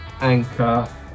Anchor